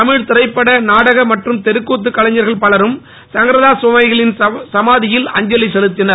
தமிழ் திரைப்பட நாடக மற்றும் தெருக்கூத்துக் கலைஞர்கள் பலரும் சங்கரதாஸ் சுவாமிகளின் சமாதியில் அஞ்சலி செலுத்தினர்